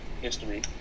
history